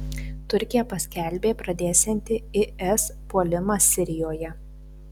turkija paskelbė pradėsianti is puolimą sirijoje